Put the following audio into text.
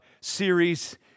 series